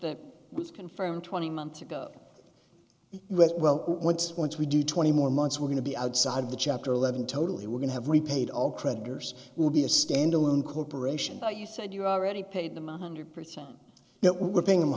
with confirmed twenty months ago it was well once once we do twenty more months we're going to be outside of the chapter eleven totally we're going to have repaid all creditors will be a standalone corporation but you said you already paid them a hundred percent yet we're paying them